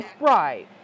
Right